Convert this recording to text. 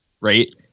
right